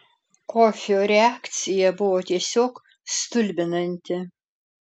kofio reakcija buvo tiesiog stulbinanti